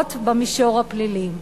לרבות במישור הפלילי.